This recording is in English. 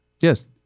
Yes